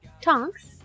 Tonks